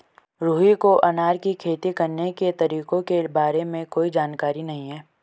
रुहि को अनार की खेती करने के तरीकों के बारे में कोई जानकारी नहीं है